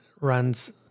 runs